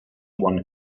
one